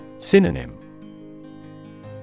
Synonym